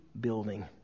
building